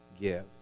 give